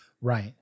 Right